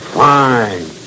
fine